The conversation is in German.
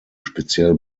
speziell